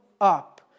up